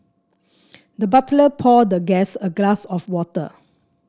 the butler poured the guest a glass of water